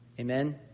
Amen